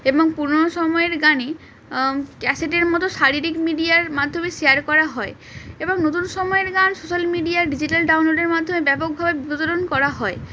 এবং পুরোনো সময়ের গানে ক্যাসেটের মতো শারীরিক মিডিয়ার মাধ্যমে শেয়ার করা হয় এবং নতুন সময়ের গান সোশ্যাল মিডিয়া ডিজিটাল ডাউনলোডের মাধ্যমে ব্যাপকভাবে বিতরণ করা হয়